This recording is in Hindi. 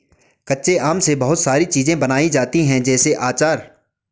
कच्चे आम से बहुत सारी चीज़ें बनाई जाती है जैसे आचार